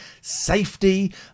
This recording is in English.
Safety